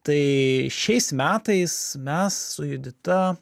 tai šiais metais mes su judita